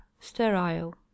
sterile